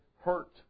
hurt